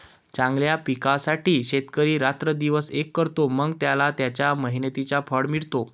चांगल्या पिकासाठी शेतकरी रात्रंदिवस एक करतो, मग त्याला त्याच्या मेहनतीचे फळ मिळते